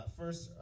first